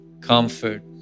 comfort